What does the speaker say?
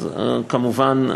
כמובן,